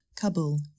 Kabul